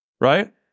right